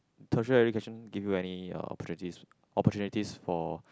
tertiary education give you any uh opportunities for